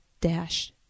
dash